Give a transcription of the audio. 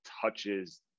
touches